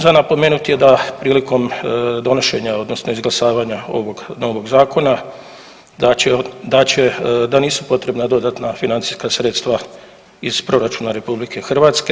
Za napomenuti je da prilikom donošenja odnosno izglasavanja ovog novog zakona da će, da nisu potrebna dodatna financijska sredstva iz proračuna RH.